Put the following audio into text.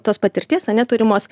tos patirties ane turimos